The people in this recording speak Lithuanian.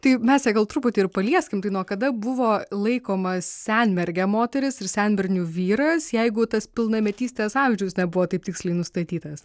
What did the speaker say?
taip mes ją gal truputį ir palieskim tai nuo kada buvo laikoma senmergė moteris ir senbernių vyras jeigu tas pilnametystės amžius nebuvo taip tiksliai nustatytas